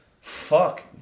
Fuck